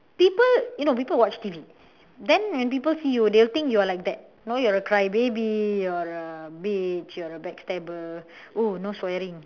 people you know people watch T_V then when people see you they will think you're like that you're a crybaby you're a bitch you're a backstabber oh no swearing